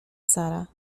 sara